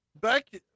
back